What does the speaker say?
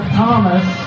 Thomas